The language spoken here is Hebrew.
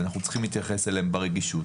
ואנחנו צריכים להתייחס אליהן ברגישות.